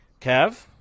Kev